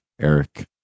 Eric